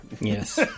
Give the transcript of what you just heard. Yes